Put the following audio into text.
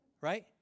Right